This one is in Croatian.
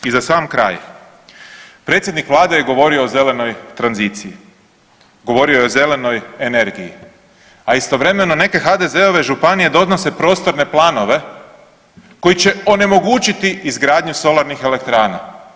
I za sam kraj, predsjednik Vlade je govorio o zelenoj tranziciji, govorio je o zelenoj energiji, a istovremeno neke HDZ-ove županije donose prostorne planove koji će onemogućiti izgradnju solarnih elektrana.